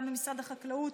גם במשרד החקלאות,